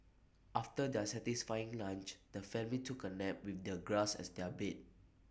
after their satisfying lunch the family took A nap with their grass as their bed